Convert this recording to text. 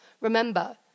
Remember